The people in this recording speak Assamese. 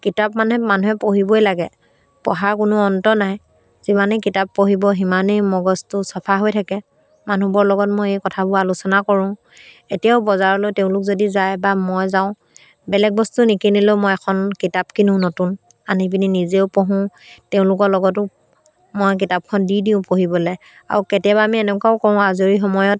কিতাপ মানে মানুহে পঢ়িবই লাগে পঢ়াৰ কোনো অন্ত নাই যিমানেই কিতাপ পঢ়িব সিমানেই মগজটো চফা হৈ থাকে মানুহবোৰৰ লগত মই এই কথাবোৰ আলোচনা কৰোঁ এতিয়াও বজাৰলৈ তেওঁলোক যদি যায় বা মই যাওঁ বেলেগ বস্তু নিকিনিলেও মই এখন কিতাপ কিনোঁ নতুন আনি পিনি নিজেও পঢ়োঁ তেওঁলোকৰ লগতো মই কিতাপখন দি দিওঁ পঢ়িবলৈ আৰু কেতিয়াবা আমি এনেকুৱাও কৰোঁ আজৰি সময়ত